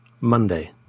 Monday